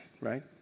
right